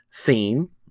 theme